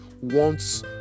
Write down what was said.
wants